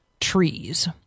trees